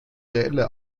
reelle